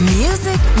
music